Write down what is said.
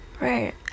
right